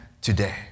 today